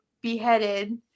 beheaded